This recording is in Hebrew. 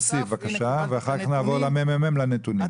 תוסיף בבקשה ואחר כך נעבור לממ"מ לנתונים.